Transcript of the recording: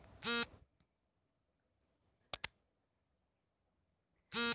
ರಾಸಾಯನಿಕ ಗೊಬ್ಬರಗಳ ಅತಿಯಾದ ಬಳಕೆಯಿಂದ ಮಣ್ಣಿನ ಮೇಲೆ ಉಂಟಾಗುವ ದುಷ್ಪರಿಣಾಮಗಳು ಯಾವುವು?